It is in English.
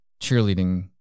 cheerleading